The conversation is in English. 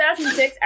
2006